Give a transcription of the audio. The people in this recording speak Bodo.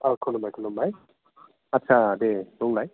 अ खुलुमबाय खुलुमबाय आच्चा दे बुंलाय